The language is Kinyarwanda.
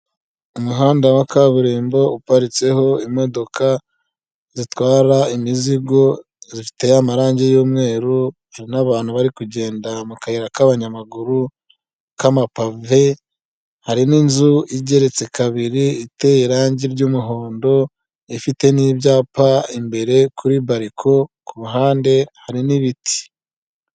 Umuhanda wa kaburimbo uparitseho imodoka zitwara imizigo, ziteye amarangi y'umweru, n'abantu bari kugenda mu kayira k'abanyamaguru, k'amapave hari n'inzu igeretse kabiri iteye irangi ry'umuhondo ifite n'ibyapa imbere kuri bako kuhande hari n'ibiti.